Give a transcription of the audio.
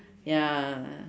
ya